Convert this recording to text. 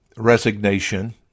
Resignation